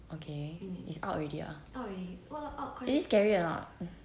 okay it's out already ah is it scary or not